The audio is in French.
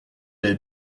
est